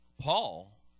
Paul